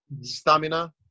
stamina